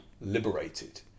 liberated